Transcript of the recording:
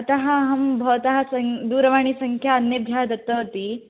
अतः अहं भवतः दूरवाणी संख्या अन्येभ्यः दत्तवती